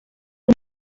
una